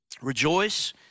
Rejoice